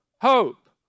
hope